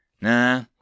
Nah